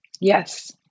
Yes